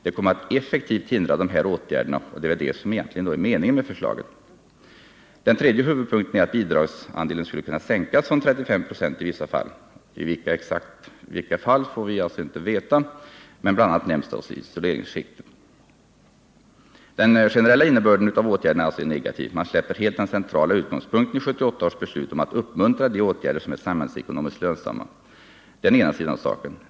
Det kommer att effektivt hindra de här åtgärderna, och det är väl det som egentligen är meningen med Den tredje huvudpunkten är att bidragsandelen skall kunna sänkas från Tisdagen den 35 96 i vissa fall —i exakt vilka det skall gälla får vi inte veta. Bl. a. nämns dock 29 maj 1979 isoleringsskiktet. Den generella innebörden av åtgärderna är alltså negativ — man släpper helt Detta är den ena sidan av saken.